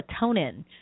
melatonin